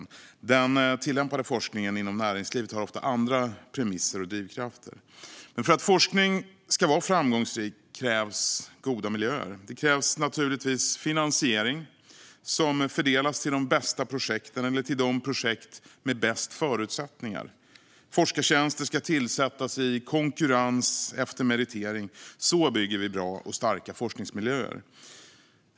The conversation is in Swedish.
Den tillämpade forskningen, inom näringslivet, har ofta andra premisser och drivkrafter. För att forskning ska vara framgångsrik krävs goda miljöer. Det krävs naturligtvis finansiering som fördelas till de bästa projekten eller till de projekt som har bäst förutsättningar. Forskartjänster ska tillsättas i konkurrens efter meritering. Så bygger vi bra och starka forskningsmiljöer.